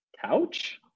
Couch